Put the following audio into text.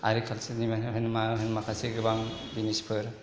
आरि मा होन माखासे गोबां जिनिसफोर